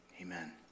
amen